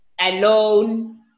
alone